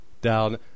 down